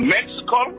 Mexico